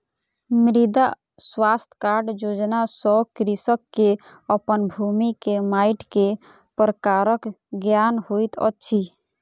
मृदा स्वास्थ्य कार्ड योजना सॅ कृषक के अपन भूमि के माइट के प्रकारक ज्ञान होइत अछि